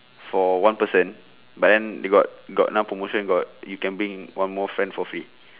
for one person but then they got got another promotion got you can bring one more friend for free